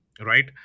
right